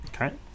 Okay